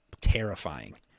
terrifying